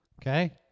okay